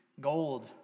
gold